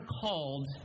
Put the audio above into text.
called